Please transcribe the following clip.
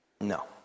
No